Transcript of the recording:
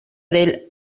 del